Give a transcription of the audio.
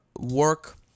work